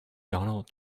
donald